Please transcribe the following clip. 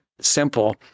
simple